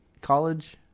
College